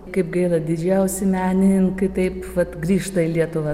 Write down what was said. kaip gaila didžiausi menininkai taip vat grįžta į lietuvą